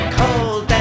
cold